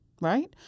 right